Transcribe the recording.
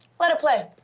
let it play.